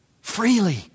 freely